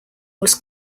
was